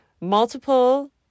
multiple